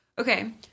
Okay